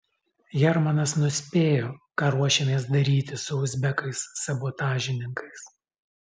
hermanas nuspėjo ką ruošiamės daryti su uzbekais sabotažininkais